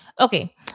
Okay